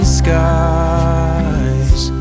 skies